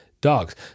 dogs